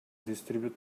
distribute